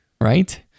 right